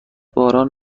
باران